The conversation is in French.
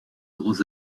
grands